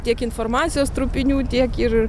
tiek informacijos trupinių tiek ir